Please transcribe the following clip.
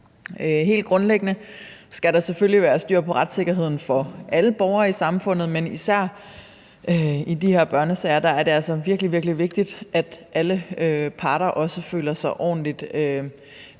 Helt grundlæggende skal der selvfølgelig være styr på retssikkerheden for alle borgere i samfundet, men især i de her børnesager er det altså virkelig, virkelig vigtigt, at alle parter føler sig ordentligt